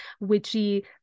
witchy